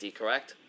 correct